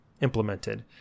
implemented